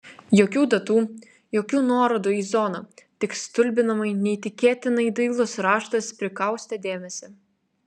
jokių datų jokių nuorodų į zoną tik stulbinamai neįtikėtinai dailus raštas prikaustė dėmesį